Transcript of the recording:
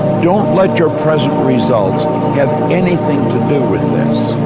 don't let your present results have anything to do with this,